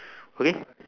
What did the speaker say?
okay